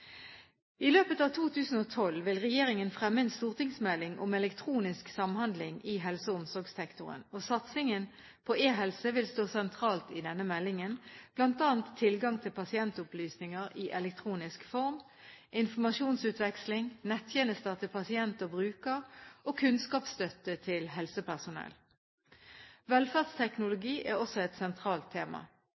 I løpet av 2012 vil regjeringen fremme en stortingsmelding om elektronisk samhandling i helse- og omsorgssektoren. Satsingen på eHelse vil stå sentralt i denne meldingen, bl.a. tilgang til pasientopplysninger i elektronisk form, informasjonsutveksling, nettjenester til pasient og bruker, og kunnskapsstøtte til helsepersonell. Velferdsteknologi er også et sentralt tema.